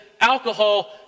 alcohol